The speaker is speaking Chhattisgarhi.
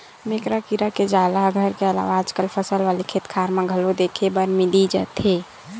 मेकरा कीरा के जाला ह घर के अलावा आजकल फसल वाले खेतखार म घलो देखे बर मिली जथे